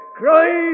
cry